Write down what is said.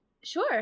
Sure